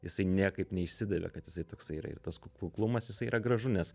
jisai niekaip neišsidavė kad jisai toksai yra ir tas kuklumas jisai yra gražu nes